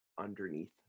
underneath